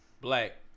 Black